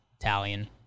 Italian